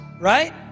right